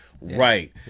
Right